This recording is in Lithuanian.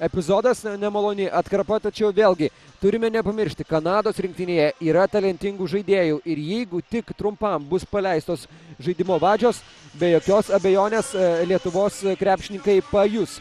epizodas nemaloni atkarpa tačiau vėlgi turime nepamiršti kanados rinktinėje yra talentingų žaidėjų ir jeigu tik trumpam bus paleistos žaidimo vadžios be jokios abejonės lietuvos krepšininkai pajus